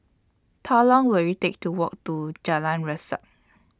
Long Will IT Take to Walk to Jalan Resak